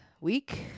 week